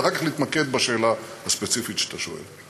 ואחר כך להתמקד בשאלה הספציפית שאתה שואל.